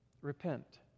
repent